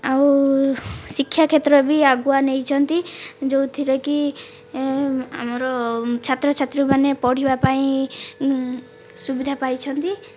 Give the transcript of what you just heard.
ଆଉ ଶିକ୍ଷା କ୍ଷେତ୍ର ବି ଆଗୁଆ ନେଇଛନ୍ତି ଯେଉଁଥିରେକି ଆମର ଛାତ୍ରଛାତ୍ରୀମାନେ ପଢ଼ିବା ପାଇଁ ସୁବିଧା ପାଇଛନ୍ତି